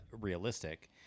realistic